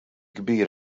kbir